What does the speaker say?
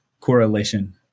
correlation